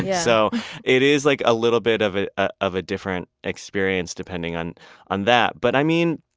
yeah so it is like a little bit of ah ah of a different experience depending on on that. but i mean,